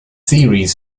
theories